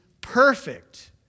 perfect